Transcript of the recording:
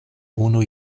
unu